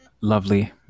Lovely